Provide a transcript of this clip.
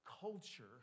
culture